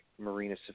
Marina